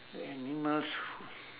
and you must